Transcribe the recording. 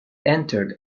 entered